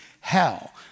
Hell